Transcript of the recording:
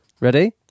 ready